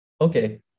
Okay